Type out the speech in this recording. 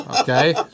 Okay